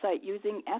using